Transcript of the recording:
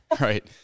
right